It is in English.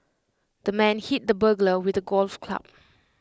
the man hit the burglar with the golf club